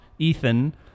Ethan